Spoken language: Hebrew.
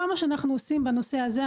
כל מה שאנחנו עושים בנושא הזה,